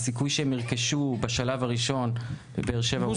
הסיכוי שהם ירכשו בבאר שבע בשלב הראשון, הוא נמוך.